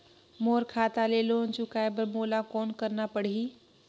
मोर खाता ले लोन चुकाय बर मोला कौन करना पड़ही?